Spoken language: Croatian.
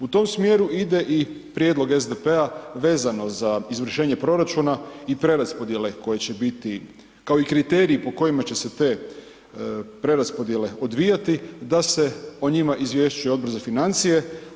U tom smjeru ide i prijedlog SDP-a vezano za izvršenje proračuna i preraspodjele koje će biti, kao i kriteriji po kojima će se te preraspodjele odvijati da se o njima izvješćuje Odbor za financije.